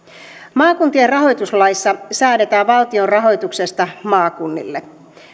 maakuntien rahoituslaissa säädetään valtion rahoituksesta maakunnille